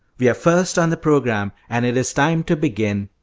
we are first on the programme, and it is time to begin.